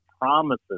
promises